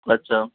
अच्छा